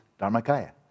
Dharmakaya